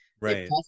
Right